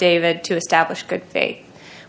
affidavit to establish good faith